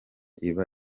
iba